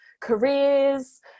careers